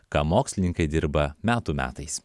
ką mokslininkai dirba metų metais